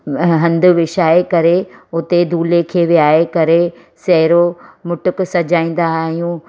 हंधि विछाए करे हुते दुल्हे खे विहारे करे सहिरो मुटुक सॼाईंदा आहियूं